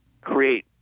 create